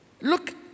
Look